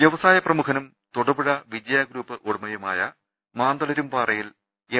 വ്യവസായ പ്രമുഖനും തൊടുപുഴ വിജയഗ്രൂപ്പ് ഉടമയുമായ മാന്ത ളിരുംപാറയിൽ എം